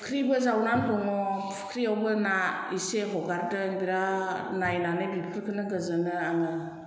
फुख्रिबो जावनानै दङ फुख्रियावबो ना इसे हगारदों बिराद नायनानै बिफोरखौनो गोजोनो आङो